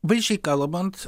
vaizdžiai kalbant